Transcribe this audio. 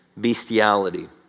bestiality